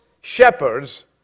shepherds